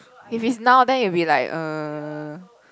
if it's now then you'll be like uh